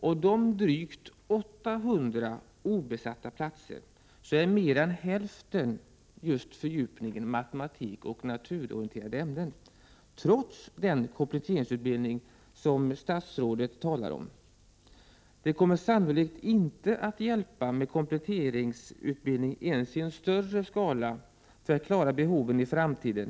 Av de drygt 800 obesatta platserna är fler än hälften platser inom fördjupningsalternativet matematik och naturorienterande ämnen, trots den kompletteringsutbildning som statsrådet talar om. Det kommer sannolikt inte att hjälpa med kompletteringsutbildning ens i en större skala för att klara behoven i framtiden.